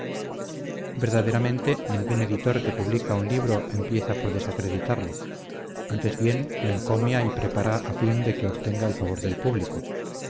verdaderamente ningún editor que publica un libro empieza por desacreditarlo antes bien lo encomia y prepara a fin de que obtenga el favor del público